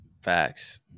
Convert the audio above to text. facts